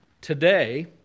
today